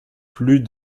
plus